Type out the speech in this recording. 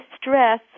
stress